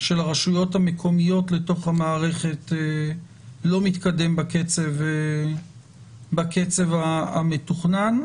של הרשויות המקומיות לתוך המערכת לא מתקדם בקצב המתוכנן,